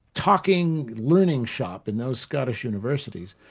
talking, learning shop in those scottish universities.